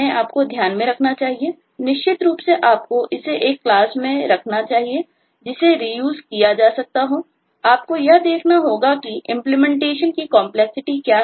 आपको यह देखना होगा कि इसके इंप्लीमेंटेशन की कंपलेक्सिटी क्या है